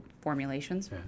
formulations